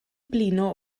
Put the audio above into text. blino